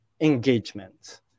engagement